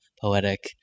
poetic